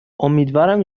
امیدوارم